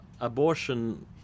abortion